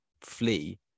flee